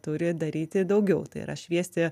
turi daryti daugiau tai yra šviesti